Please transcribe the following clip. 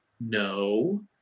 No